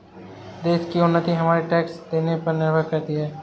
देश की उन्नति हमारे टैक्स देने पर निर्भर करती है